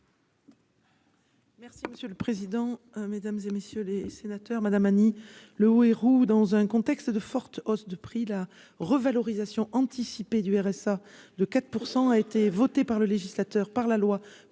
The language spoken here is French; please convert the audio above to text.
Merci monsieur le président, hein, mesdames et messieurs les sénateurs, Madame Annie Le Houerou, dans un contexte de fortes hausses de prix, la revalorisation anticipée du RSA de 4 % a été votée par le législateur, par la loi,